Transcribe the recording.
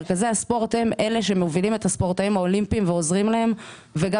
מרכזי הספורט הם אלה שמובילים את הספורטאים האולימפיים ועוזרים להם וגם